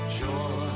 joy